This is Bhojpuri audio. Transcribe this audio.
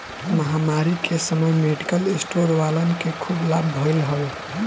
महामारी के समय मेडिकल स्टोर वालन के खूब लाभ भईल हवे